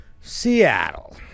Seattle